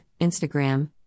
Instagram